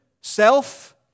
self